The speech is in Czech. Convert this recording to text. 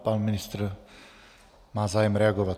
Pan ministr má zájem reagovat.